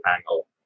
angle